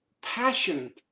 passion